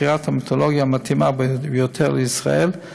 בחירת המתודולוגיה המתאימה ביותר לישראל,